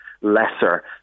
lesser